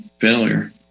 failure